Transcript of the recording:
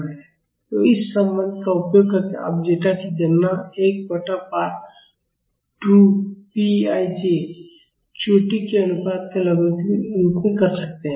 तो इस संबंध का उपयोग करके आप ज़ेटा की गणना1 बटा 2 पीआई जे चोटी के अनुपात के लॉगरिदमिक के रूप में कर सकते हैं